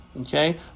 Okay